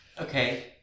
okay